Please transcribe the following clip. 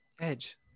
Edge